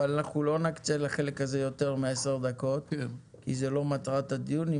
אבל אנחנו לא נקצה לחלק הזה יותר מעשר דקות כי זה לא מטרת הדיון.